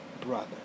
brother